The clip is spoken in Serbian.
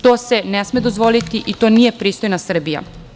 To se ne sme dozvoliti i to nije pristojna Srbija.